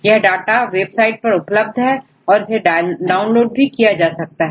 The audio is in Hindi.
यह डाटा वेबसाइट पर उपलब्ध है और इसे डाउनलोड भी किया जा सकता है